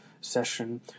session